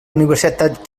universitat